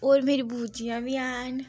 होर मेरी बूजियां बी हैन